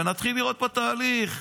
ונתחיל לראות פה תהליך,